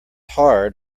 hard